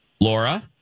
Laura